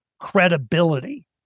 credibility